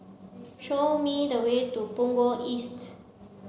show me the way to Punggol East